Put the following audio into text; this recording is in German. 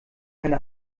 keine